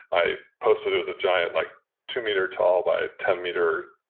i posted it was a giant, like two meter tall by ten meter,